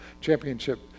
championship